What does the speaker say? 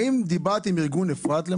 האם דיברת למשל עם ארגון אפרת?